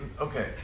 okay